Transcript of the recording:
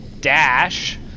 dash